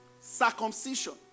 circumcision